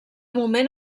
moment